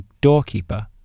doorkeeper